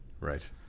Right